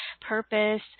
purpose